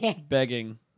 begging